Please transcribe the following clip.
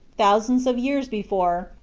thousands of years before,